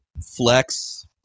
Flex